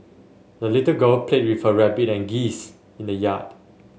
the little girl played with her rabbit and geese in the yard